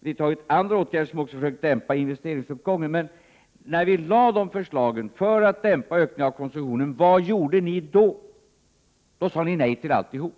vidtagit andra åtgärder för att försöka dämpa investeringsuppgången. Men när vi lade fram förslagen om att dämpa ökningen av konsumtionen, vad gjorde ni då? Jo, ni sade nej till alltihop!